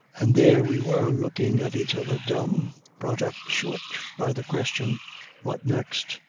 and there we were looking at each other, dumb, brought up short by the question what next?